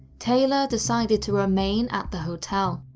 taylor decided to remain at the hotel.